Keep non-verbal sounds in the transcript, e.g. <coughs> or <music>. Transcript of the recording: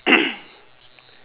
<coughs>